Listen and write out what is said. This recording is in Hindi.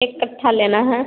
एक कट्ठा लेना है